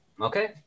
Okay